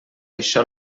això